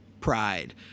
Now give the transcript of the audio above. pride